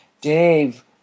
Dave